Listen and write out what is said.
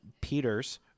Peter's